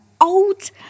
old